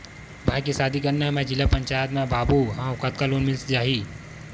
भाई के शादी करना हे मैं जिला पंचायत मा बाबू हाव कतका लोन मिल जाही?